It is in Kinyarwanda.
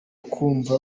kumva